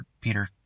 Peter